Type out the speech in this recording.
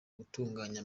gutunganya